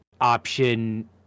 option